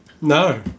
No